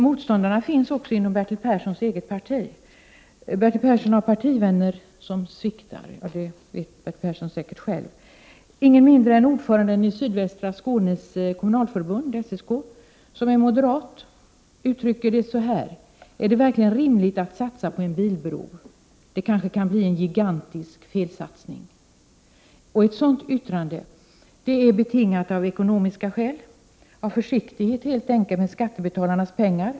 Motståndarna finns även inom Bertil Perssons parti. Bertil Persson har partivänner som sviktar, och det vet han säkert själv. Ingen mindre än ordföranden i Sydvästra Skånes kommunalförbund, SSK, vilken är moderat, uttrycker det på följande sätt: Är det verkligen rimligt att satsa på en bilbro? Det kanske kan bli en gigantisk felsatsning. Ett sådant yttrande är betingat av ekonomiska skäl, dvs. helt enkelt försiktighet med skattebetalarnas pengar.